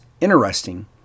interesting